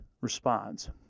responds